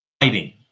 fighting